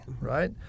right